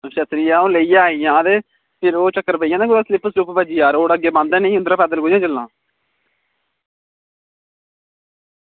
छत्तरी अंऊ लेइयै आई जां ते फिर चक्कर ओह् पेई जंदा नी के रोड़ अग्गें बंद ऐ निं ते इद्धरा पैदल कि'यां चलना